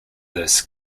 this